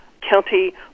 county